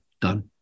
done